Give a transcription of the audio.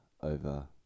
over